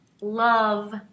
love